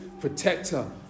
protector